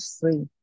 free